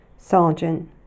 sergeant